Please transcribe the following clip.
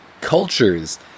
cultures